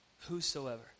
Whosoever